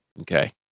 Okay